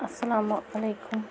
السلام علیکُم